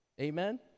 Amen